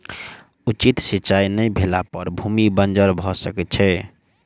उचित सिचाई नै भेला पर भूमि बंजर भअ सकै छै